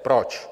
Proč?